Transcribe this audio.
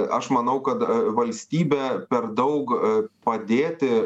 aš manau kad valstybė per daug padėti